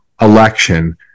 election